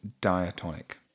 diatonic